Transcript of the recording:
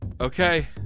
Okay